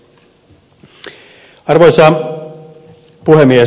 arvoisa puhemies